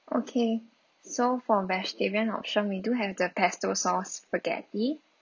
okay so for vegetarian option we do have the pesto sauce spaghetti